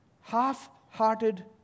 half-hearted